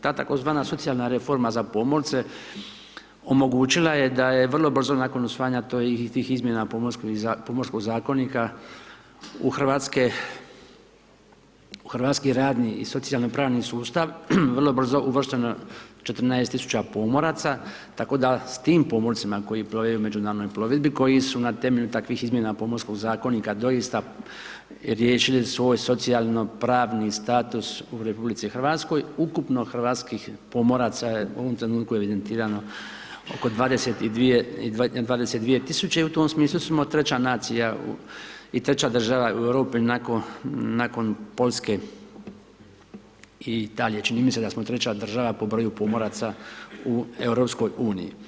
Ta tzv. socijalna reforma za pomorce, omogućila je da je vrlo brzo nakon usvajanja tih izmjena pomorskog zakonika u hrvatski radni i socijalni pravni sustav, vrlo brzo uvršteno 14 tisuća pomoraca, tako da s tim pomorcima koji plove u međunarodnoj plovidbi, koji su na temelju takvih izmjena pomorskih zakonita, doista riješili svoj socijalno pravno status u RH, ukupno hrvatskih pomoraca je u ovom trenutku evidentiralo oko 22 tisuće i u tom smislu smo 3 nacija i 3 država Europe nakon Poljske i Italije, čini mi se da smo 3 država po broju pomoraca u EU.